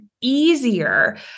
easier